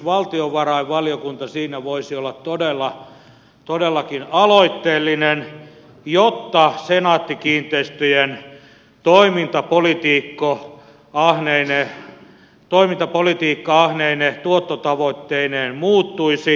valtiovarainvaliokunta siinä voisi olla todellakin aloitteellinen jotta senaatti kiinteistöjen toimintapolitiikka ahneine tuottotavoitteineen muuttuisi